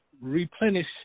replenish